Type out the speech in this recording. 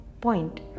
point